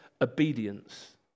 obedience